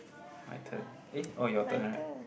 my turn eh oh your turn right